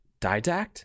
didact